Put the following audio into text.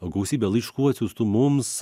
gausybę laiškų atsiųstų mums